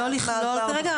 לא לכלול כרגע,